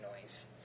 noise